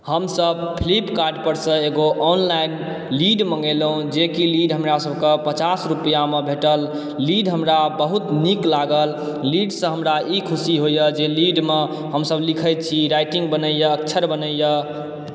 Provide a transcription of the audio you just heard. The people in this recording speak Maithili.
हमसब फ़्लीपकार्ट पर सॅं एगो ऑनलाइन लीड मंगेलहुॅं जेकि लीड हमरा सबके पचास रुपआमे भेटल लीड हमरा बहुत नीक लागल लीडसॅं हमरा ई ख़ुशी होइया जे लीडमे हमसब लीखै छी राइटिंग बनैया अक्षर बनैया